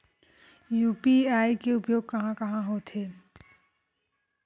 UPI के उपयोग कहां कहा होथे?